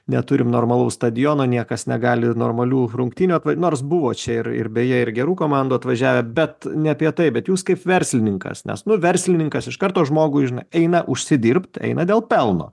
neturim normalaus stadiono niekas negali normalių rungtynių nors buvo čia ir ir beje ir gerų komandų atvažiavę bet ne apie tai bet jūs kaip verslininkas nes nu verslininkas iš karto žmogui eina užsidirbt eina dėl pelno